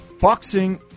boxing